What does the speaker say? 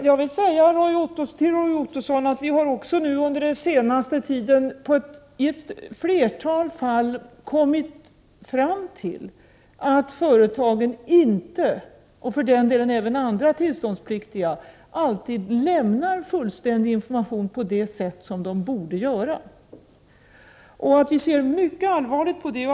Jag vill också säga till Roy Ottosson att vi under den senaste tiden i ett flertal fall kommit fram till att företagen — och för den delen även andra tillståndspliktiga — inte alltid lämnar information på det sätt som de borde göra. Vi ser mycket allvarligt på detta.